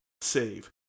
save